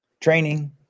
training